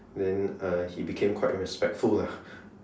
then uh he became quite respectful lah